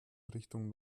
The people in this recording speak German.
richtung